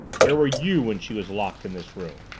where were you when she was locked in this room?